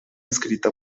escrita